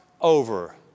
over